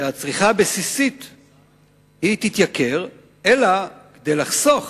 שהצריכה הבסיסית תתייקר, אלא כדי לחסוך,